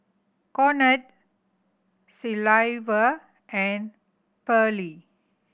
Conard Silvia and Pearle